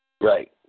Right